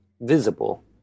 visible